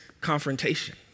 confrontation